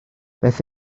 beth